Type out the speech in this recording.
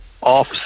off